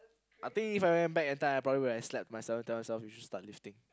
I think If I went back in time I probably would have slapped myself and tell myself you should start lifting